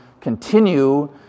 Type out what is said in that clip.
continue